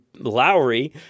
Lowry